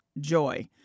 joy